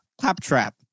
claptrap